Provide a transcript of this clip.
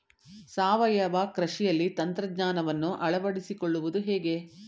ಸಾವಯವ ಕೃಷಿಯಲ್ಲಿ ತಂತ್ರಜ್ಞಾನವನ್ನು ಅಳವಡಿಸಿಕೊಳ್ಳುವುದು ಹೇಗೆ?